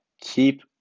Keep